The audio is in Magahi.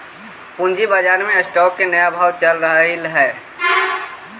पूंजी बाजार में स्टॉक्स के क्या भाव चल रहलई हे